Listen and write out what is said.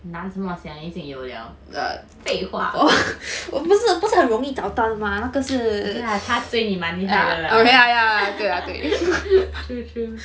你难什么 sia 你已经有了废话 ya 他追你蛮厉害的 lah true true